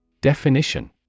Definition